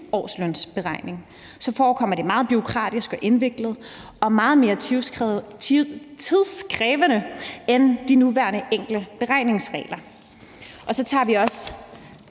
årslønsberegning, forekommer det meget bureaukratisk og indviklet og meget mere tidskrævende end de nuværende enkle beregningsregler. Så tager vi også